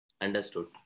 Understood